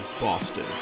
Boston